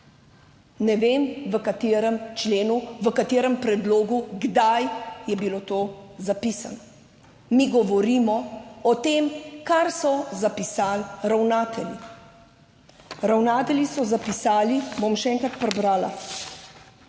členu, v katerem predlogu, kdaj je bilo to zapisano. Mi govorimo o tem, kar so zapisali ravnatelji. Ravnatelji so zapisali, bom še enkrat prebrala: